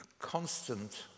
constant